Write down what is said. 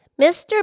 Mr